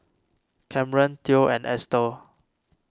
Camren theo and Ester